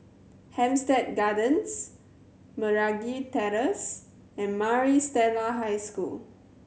Hampstead Gardens Meragi Terrace and Maris Stella High School